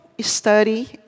study